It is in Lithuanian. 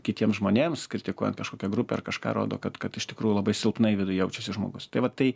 kitiems žmonėms kritikuojant kažkokią grupę ar kažką rodo kad kad iš tikrųjų labai silpnai viduj jaučiasi žmogus tai vat tai